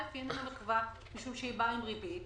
א', היא איננה מחווה, משום שהיא באה עם ריבית.